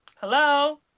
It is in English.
Hello